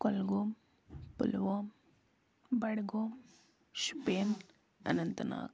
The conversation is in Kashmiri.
کۄلگوم پُلووم بڈگوم شُپین اننت ناگ